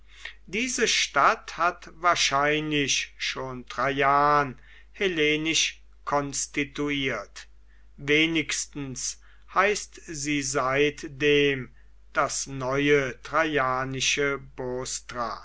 diese stadt hat wahrscheinlich schon traian hellenisch konstituiert wenigstens heißt sie seitdem das neue traianische